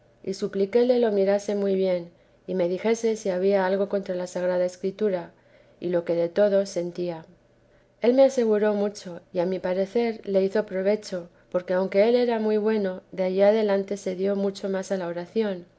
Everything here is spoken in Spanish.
y supliquéle lo mirase muy bien y me dijese si había algo contra la sagrada escritura y lo que de todo sentía él me aseguró mucho y a mi parecer le hizo provecho porque aunque él era muy bueno de allí adelante se dio mucho más a la oración